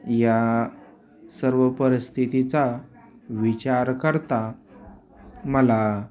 या सर्व परिस्थितीचा विचार करता मला